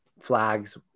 flags